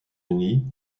unis